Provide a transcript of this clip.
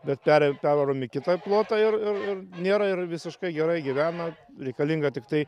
bet per pervarom į kitą plotą ir ir nėra ir visiškai gerai gyvena reikalinga tiktai